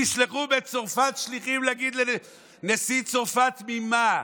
תשלחו בצרפת שליחים להגיד לנשיא צרפת, ממה?